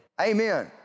Amen